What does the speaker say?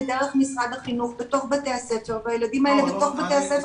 דרך משרד החינוך בתוך בתי הספר והילדים האלה בתוך בתי הספר